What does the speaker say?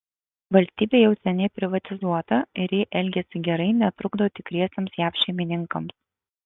valstybė jau seniai privatizuota ir ji elgiasi gerai netrukdo tikriesiems jav šeimininkams